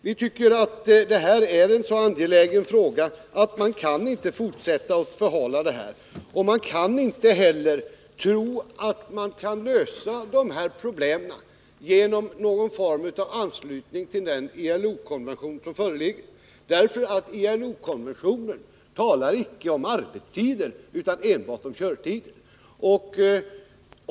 Detta är enligt vår mening en så angelägen fråga att man inte kan fortsätta att förhala den. Man får inte heller tro att man kan lösa de här problemen genom någon form av anslutning till den föreliggande ILO-konventionen. I ILO-konventionen talas det nämligen inte om arbetstider utan enbart om körtider.